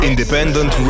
Independent